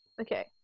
Okay